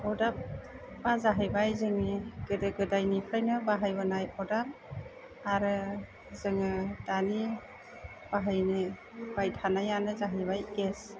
अदाबआ जाहैबाय जोंनि गोदो गोदायनिफ्रायनो बाहायबोनाय अदाब आरो जोङो दानि बाहायनो बाहायबाय थानायानो जाहैबाय गेस